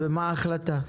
ומה ההחלטה?